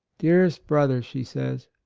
dearest brother, she says,